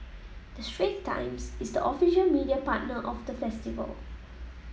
the Straits Times is the official media partner of the festival